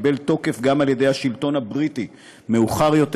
שקיבל תוקף גם על ידי השלטון הבריטי מאוחר יותר.